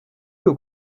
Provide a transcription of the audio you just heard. aux